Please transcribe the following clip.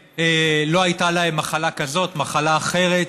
שלא הייתה להם מחלה כזאת, מחלה אחרת,